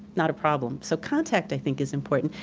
not a problem. so contact, i think is important.